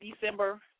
december